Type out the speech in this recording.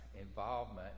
involvement